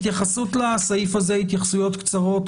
התייחסויות קצרות לסעיף הזה, בבקשה.